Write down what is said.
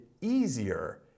easier